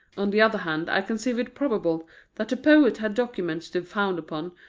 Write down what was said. on the other hand, i conceive it probable that the poet had documents to found upon,